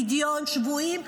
פדיון שבויים,